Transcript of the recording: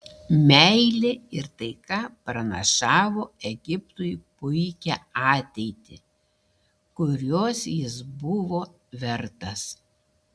meilė ir taika pranašavo egiptui puikią ateitį kurios jis buvo vertas